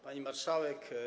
Pani Marszałek!